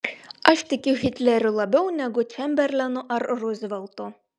aš tikiu hitleriu labiau negu čemberlenu ar ruzveltu